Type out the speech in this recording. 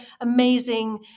amazing